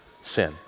sin